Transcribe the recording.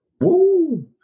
Woo